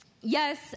yes